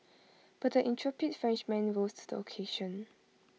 but the intrepid Frenchman rose to the occasion